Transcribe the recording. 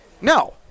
No